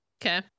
Okay